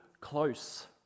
close